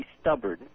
stubborn